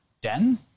den